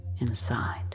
Inside